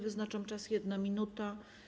Wyznaczam czas - 1 minuta.